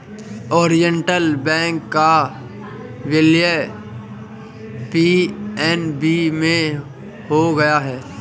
Oriental bank का विलय PNB में हो गया है